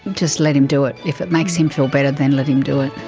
just let him do it. if it makes him feel better, then let him do it.